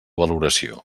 valoració